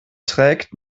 trägt